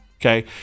Okay